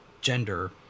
gender